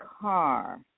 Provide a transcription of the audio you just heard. car